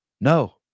No